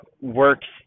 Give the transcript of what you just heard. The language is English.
works